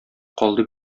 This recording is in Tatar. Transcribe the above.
калды